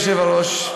אדוני היושב-ראש,